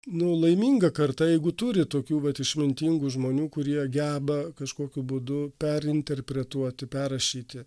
nu laiminga karta jeigu turi tokių vat išmintingų žmonių kurie geba kažkokiu būdu perinterpretuoti perrašyti